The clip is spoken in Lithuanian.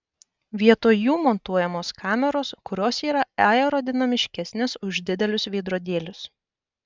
vietoj jų montuojamos kameros kurios yra aerodinamiškesnės už didelius veidrodėlius